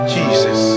Jesus